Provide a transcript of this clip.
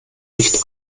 nicht